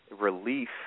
relief